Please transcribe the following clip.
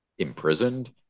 imprisoned